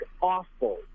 awful